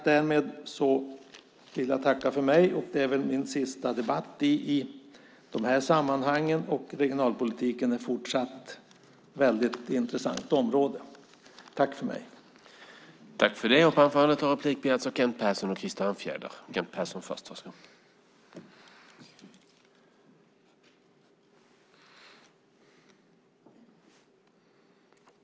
Därmed vill jag tacka för mig. Det är min sista debatt i de här sammanhangen, och regionalpolitiken är fortsatt ett väldigt intressant område. Tack för mig!